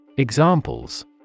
Examples